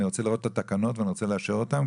אני רוצה לראות את התקנות ואני רוצה לאשר אותם,